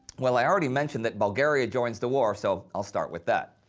well, i already mentioned that bulgaria joins the war, so i'll start with that.